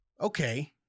okay